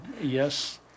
yes